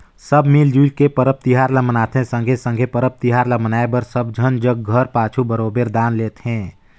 सब मिल जुइल के परब तिहार ल मनाथें संघे संघे परब तिहार ल मनाए बर सब झन जग घर पाछू बरोबेर दान घलो लेथें